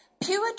Pure